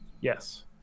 yes